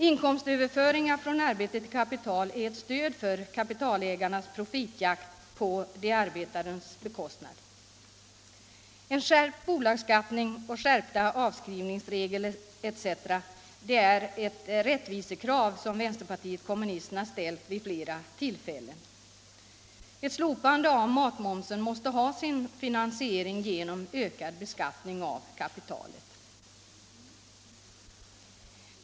Inkomstöverföringar från arbete till kapital är ett stöd för kapitalägarnas profitjakt på de arbetandes bekostnad. En skärpt bolagsbeskattning, skärpta avskrivningsregler osv. är ett rättvisekrav som vänsterpartiet kommunisterna ställt vid flera tillfällen. Ett slopande av matmomsen måste få sin finansiering genom ökad beskattning av kapitalet.